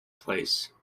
place